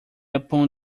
upon